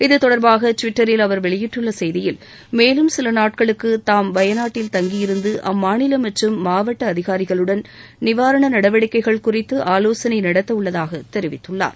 இத்தொடர்பாக டிவிட்டரில் அவர் வெளியிட்டுள்ள செய்தியில் மேலும் சில நாட்களுக்கு தாம் வயநாட்டில் தங்கியிருந்து அம்மாநில மற்றும் மாவட்ட அதிகாரிகளுடன் நிவாரண நடவடிக்கைகள் குறித்து ஆலோசனை நடத்தவுள்ளதாகவும் தெரிவித்துள்ளார்